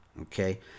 okay